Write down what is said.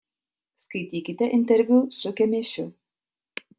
skaitykite interviu su kemėšiu